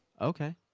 okay